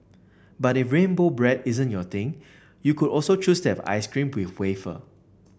but if rainbow bread isn't your thing you could also choose to have ice cream with wafer